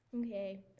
Okay